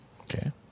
Okay